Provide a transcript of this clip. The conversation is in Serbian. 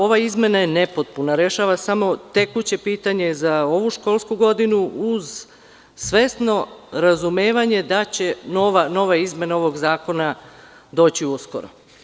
Ova izmena je nepotpuna, rešava samo tekuće pitanje za ovu školsku godinu, uz svesno razumevanje da će nova izmena ovog zakona doći uskoro.